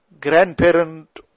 grandparent